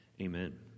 Amen